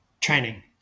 training